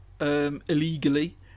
illegally